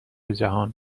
جهان